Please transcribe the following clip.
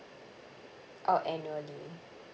oh annually